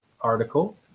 article